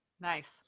Nice